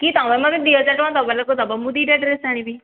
କି ତୁମେ ମୋତେ ଦୁଇ ହଜାର ଟଙ୍କା ଦେବ କଥା ଦେବ ମୁଁ ଦୁଇଟା ଡ୍ରେସ୍ ଆଣିବି